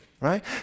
right